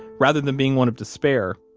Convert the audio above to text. rather than being one of despair,